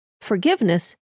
Forgiveness